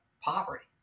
poverty